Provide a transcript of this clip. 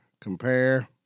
compare